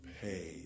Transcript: pay